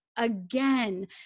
Again